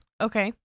Okay